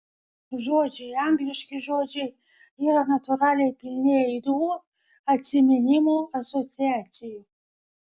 žodžiai angliški žodžiai yra natūraliai pilni aidų atsiminimų asociacijų